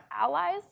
allies